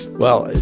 well,